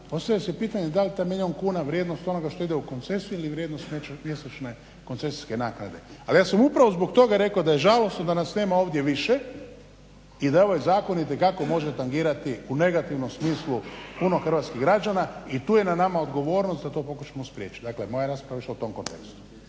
postavlja se pitanje da li je taj milijun kuna vrijednost onoga što ide u koncesiju ili vrijednost mjesečne koncesijske naknade. Ali ja sam upravo zbog toga rekao da je žalosno da nas nema ovdje više i da ovaj zakon itekako može tangirati u negativnom smislu puno hrvatskih građana i tu je na nama odgovornost da to pokušamo spriječiti. Dakle, moja je rasprava išla u tome kontekstu.